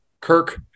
kirk